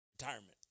Retirement